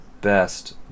best